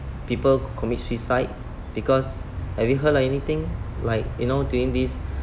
people commit suicide because have you heard of anything like you know during this